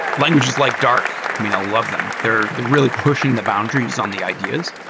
languages like dark, i mean, i love them. they're they're really pushing the boundaries on the ideas.